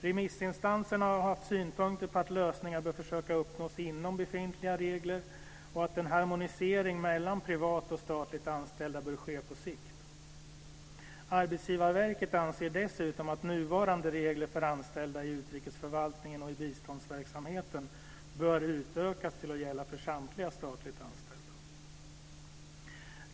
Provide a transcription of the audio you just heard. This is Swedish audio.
Remissinstanserna har haft synpunkter på att lösningar bör försöka uppnås inom befintliga regler och att en harmonisering mellan privat och statligt anställda bör ske på sikt. Arbetsgivarverket anser dessutom att nuvarande regler för anställda i utrikesförvaltningen och i biståndsverksamheten bör utökas till att gälla för samtliga statligt anställda.